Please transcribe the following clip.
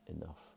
enough